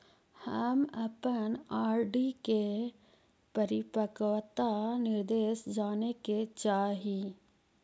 हम अपन आर.डी के परिपक्वता निर्देश जाने के चाह ही